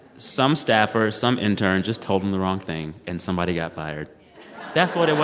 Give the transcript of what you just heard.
some staffer, some intern just told him the wrong thing. and somebody got fired that's what it was.